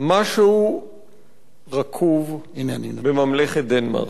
משהו רקוב בממלכת דנמרק.